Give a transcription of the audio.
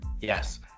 yes